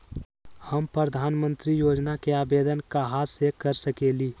हम प्रधानमंत्री योजना के आवेदन कहा से कर सकेली?